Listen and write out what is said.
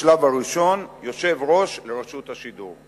בשלב הראשון, יושב-ראש לרשות השידור.